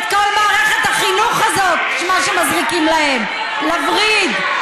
כל מערכת החינוך הזאת, מה שמזריקים להם לווריד.